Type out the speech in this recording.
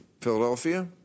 Philadelphia